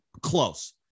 close